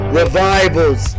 revivals